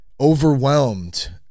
Overwhelmed